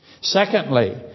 Secondly